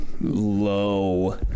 low